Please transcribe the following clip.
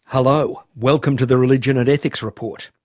hello. welcome to the religion and ethics report.